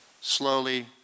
slowly